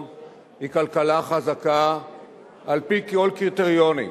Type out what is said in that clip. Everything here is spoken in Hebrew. היא כלכלה חזקה על-פי כל הקריטריונים,